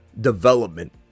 development